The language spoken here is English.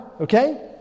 okay